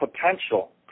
potential